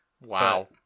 wow